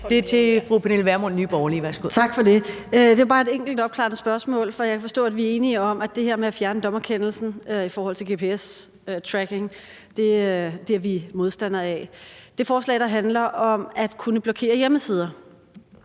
Kl. 13:52 Pernille Vermund (NB): Tak for det. Det er bare et enkelt opklarende spørgsmål, for jeg kan forstå, at vi er enige om at være modstandere af det her med at fjerne dommerkendelsen i forhold til gps-tracking. I forhold til det forslag, der handler om at kunne blokere hjemmesider